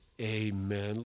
amen